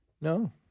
No